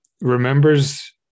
remembers